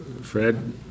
Fred